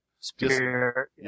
spirit